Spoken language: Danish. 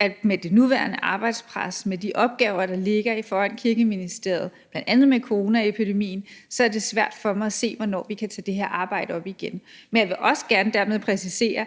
at med det nuværende arbejdspres – med de opgaver, der ligger i Kirkeministeriet, bl.a. med coronaepidemien – er det svært for mig at se, hvornår vi kan tage det her arbejde op igen. Men jeg vil også gerne dermed præcisere,